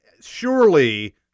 surely